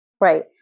Right